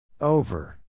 Over